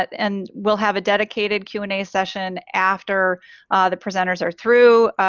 and we'll have a dedicated q and a session after the presenters are through.